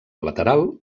lateral